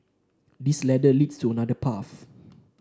this ladder leads to another path